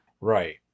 Right